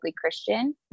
Christian